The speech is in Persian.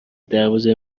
دروازه